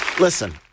Listen